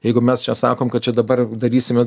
jeigu mes čia sakom kad čia dabar darysime